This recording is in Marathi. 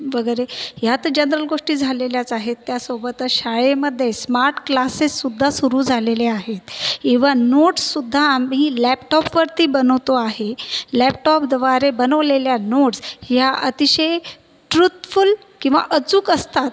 वगैरे ह्या तर जनरल गोष्टी झालेल्याच आहेत त्यासोबतच शाळेमध्ये स्मार्ट क्लासेस सुद्धा सुरू झालेले आहेत ईवन नोट्ससुद्धा आम्ही लॅपटॉपवरती बनवतो आहे लॅपटॉपद्वारे बनवलेल्या नोट्स ह्या अतिशय ट्रूथफूल किंवा अचूक असतात